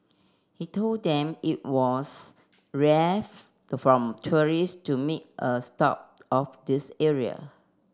he told them it was rare from tourists to make a stop of this area